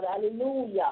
Hallelujah